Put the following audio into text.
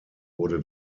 wurde